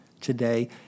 today